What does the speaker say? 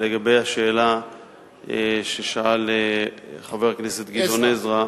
לגבי השאלה ששאל חבר הכנסת גדעון עזרא,